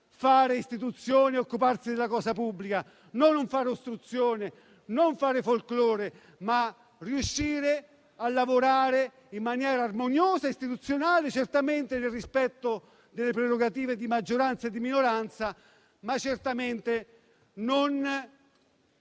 fare istituzioni e occuparsi della cosa pubblica: non fare ostruzione o folklore, ma riuscire a lavorare in maniera armoniosa e istituzionale, certamente nel rispetto delle prerogative di maggioranza e di minoranza e non